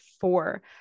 four